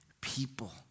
people